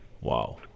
wow